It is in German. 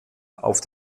auf